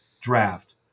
draft